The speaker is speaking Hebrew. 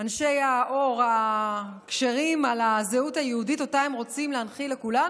אנשי האור הכשרים על הזהות היהודית שהם רוצים להנחיל לכולנו?